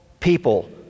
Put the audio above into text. people